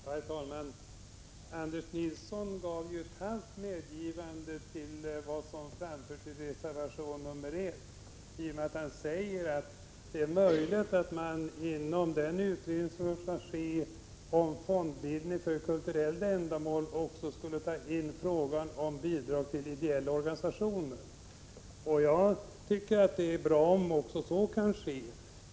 Herr talman! Anders Nilsson gav ett halvt medgivande till det som framförts i reservation nr 1 i och med att han sade att det är möjligt att inom den utredning som skall ske om fondbildning för kulturella ändamål också ta upp frågan om bidrag till ideella organisationer. Jag tycker att det är bra om så kan ske.